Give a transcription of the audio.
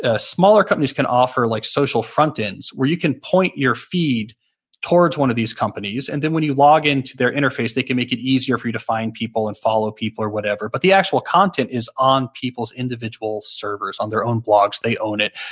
ah smaller companies can offer like social frontends where you can point your feed towards one of these companies. and then, when you log into their interface, they can make it easier for you to find people and follow people or whatever, but the actual content is on people's individual servers, on their own blogs. they own it.